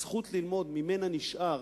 הזכות ללמוד, ממנה נשאר,